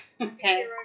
Okay